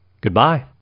Goodbye